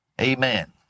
Amen